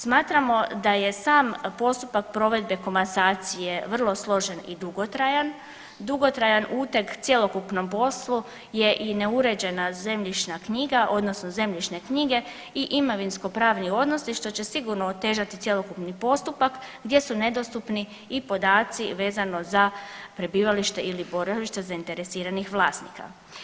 Smatramo da je sam postupak provedbe komasacije vrlo složen i dugotrajan, dugotrajan uteg cjelokupnom poslu je i neuređena zemljišna knjiga odnosno zemljišne knjige i imovinskopravni odnosi što će sigurno otežati cjelokupni postupak gdje su nedostupni i podaci vezano za prebivalište ili boravište zainteresiranih vlasnika.